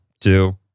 two